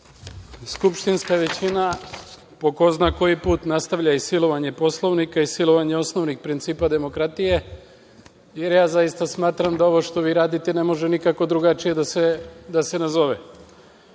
skupštinska većina po ko zna koji put nastavlja silovanje Poslovnika i silovanje osnovnih principa demokratije, jer ja zaista smatram da ovo što vi radite ne može nikako drugačije da se nazove. Vi